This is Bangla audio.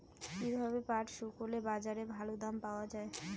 কীভাবে পাট শুকোলে বাজারে ভালো দাম পাওয়া য়ায়?